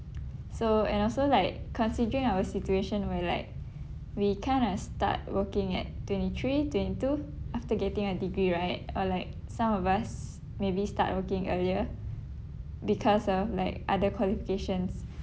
so and also like considering our situation where like we kinda start working at twenty three twenty two after getting a degree right or like some of us maybe start working earlier because of like other qualifications